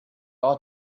ought